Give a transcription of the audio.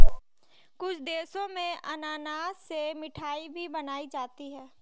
कुछ देशों में अनानास से मिठाई भी बनाई जाती है